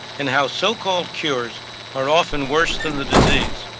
and how so-called cures are often worse than the disease